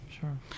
sure